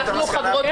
כן.